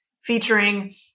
featuring